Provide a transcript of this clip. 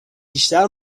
بیشتر